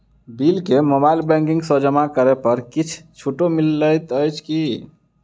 Bill केँ mobile banking सँ जमा करै पर किछ छुटो मिलैत अछि की?